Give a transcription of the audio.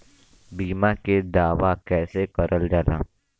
बीमा के दावा कैसे करल जाला?